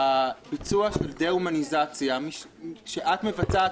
הביצוע של דה-הומניזציה שאת מבצעת כאן